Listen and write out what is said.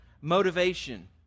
motivation